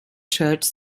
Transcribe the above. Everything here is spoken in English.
church